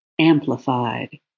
amplified